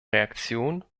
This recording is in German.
reaktion